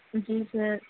جی سر